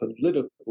political